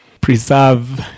preserve